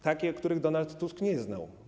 Takie, których Donald Tusk nie znał.